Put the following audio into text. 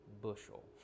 bushel